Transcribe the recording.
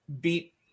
beat